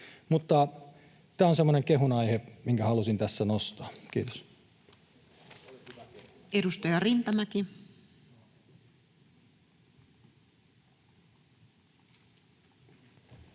Mutta tämä on semmoinen kehun aihe, minkä halusin tässä nostaa. — Kiitos. [Juho Eerola: